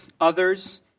others